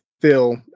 Phil